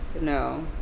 no